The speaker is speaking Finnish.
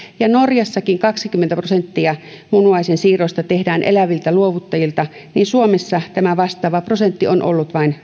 ja norjassakin kaksikymmentä prosenttia munuaisensiirroista tehdään eläviltä luovuttajilta suomessa vastaava prosentti on ollut vain